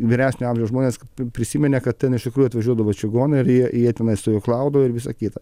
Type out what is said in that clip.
vyresnio amžiaus žmonės prisiminė kad ten iš tikrųjų atvažiuodavo čigonai ir jie jie tenai stovyklaudavo ir visa kita